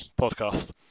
podcast